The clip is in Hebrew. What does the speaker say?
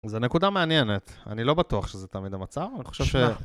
זו נקודה מעניינת, אני לא בטוח שזה תמיד המצב, אני חושב ש...